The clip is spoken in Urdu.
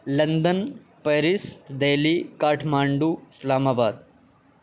لندن پیرس دلی کاٹھمانڈو اسلام آباد